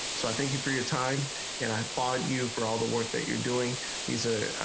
so i thank you for your time and i applaud you for all the work that you're doing these are.